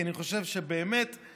כי אני חושב שאנחנו,